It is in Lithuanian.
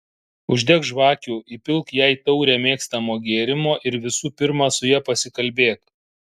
uždek žvakių įpilk jai taurę mėgstamo gėrimo ir visų pirma su ja pasikalbėk